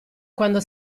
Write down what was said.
quando